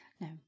No